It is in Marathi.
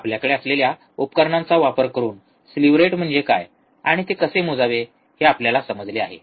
आपल्याकडे असलेल्या उपकरणांचा वापर करून स्लीव्ह रेट म्हणजे काय आणि ते कसे मोजावे हे आपल्याला समजले आहे